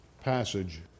passage